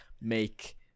make